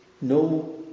No